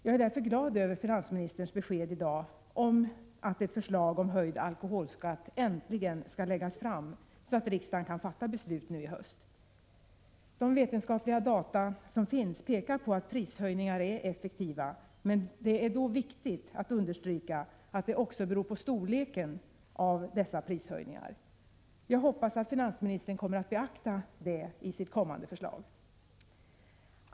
Jag är därför glad över finansministerns besked i dag om att ett förslag om höjd alkoholskatt äntligen skall läggas fram så att riksdagen kan fatta beslut nu i höst. De vetenskapliga data som finns pekar på att prishöjningar är effektiva, men det är då viktigt att understryka att det också beror på storleken av dessa prishöjningar. Jag hoppas att finansministern kommer att beakta detta i sitt kommande förslag.